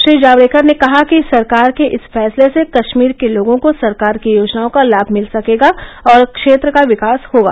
श्री जावड़ेकर ने कहा कि सरकार के इस फैसले से कष्मीर के लोगों को सरकार की योजनाओं का लाभ मिल सकेगा और क्षेत्र का विकास होगा